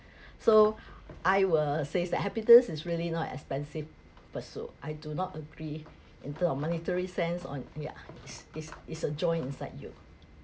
so I will says that happiness is really not expensive pursuit I do not agree in term of monetary sense on ya is is is a joy inside you